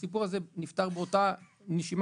הסיפור הזה נפתר באותה נשימה,